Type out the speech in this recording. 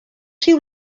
rhyw